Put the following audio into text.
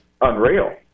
unreal